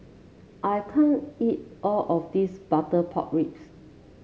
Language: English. I can't eat all of this Butter Pork Ribs